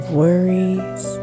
worries